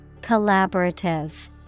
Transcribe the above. Collaborative